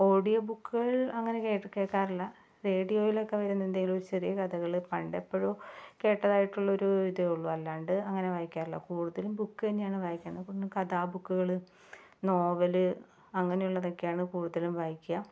audio ബുക്കുകള് അങ്ങനെ കേ കേൾക്കാറില്ല റേഡിയോയിലൊക്കെ വരുന്ന എന്തേലും ഒരു ചെറിയ കഥകൾ പണ്ടെപ്പോഴോ കേട്ടതായിട്ടുള്ള ഒരു ഇതേ ഉള്ളൂ അല്ലാണ്ട് അങ്ങനെ വായിക്കാറില്ല കൂടുതലും ബുക്ക് തന്നെയാണ് വായിക്കുന്നത് പിന്നെ കഥാ ബുക്കുകള് നോവല് അങ്ങനെയുള്ളതൊക്കെയാണ് കൂടുതലും വായിക്കുക